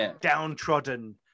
downtrodden